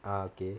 ah okay